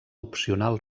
opcional